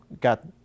got